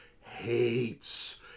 hates